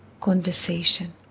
conversation